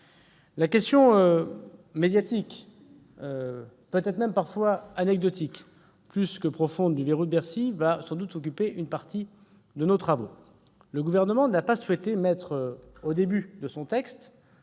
La question médiatique, peut-être même parfois anecdotique, plus que profonde, du « verrou de Bercy » occupera sans doute une partie de nos travaux. Le Gouvernement n'a pas souhaité l'intégrer dans le texte